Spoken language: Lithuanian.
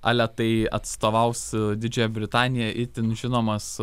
ale tai atstovaus didžiąją britaniją itin žinomas